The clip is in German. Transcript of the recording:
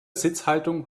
sitzhaltung